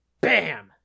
BAM